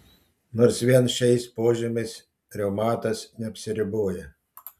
nors vien šiais požymiais reumatas neapsiriboja